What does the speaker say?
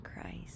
Christ